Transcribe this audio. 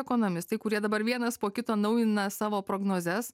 ekonomistai kurie dabar vienas po kito naujina savo prognozes